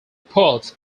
part